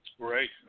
great